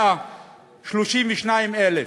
132,000,